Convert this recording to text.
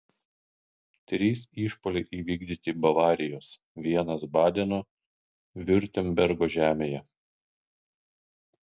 trys išpuoliai įvykdyti bavarijos vienas badeno viurtembergo žemėje